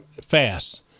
fast